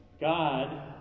God